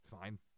Fine